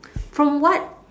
from what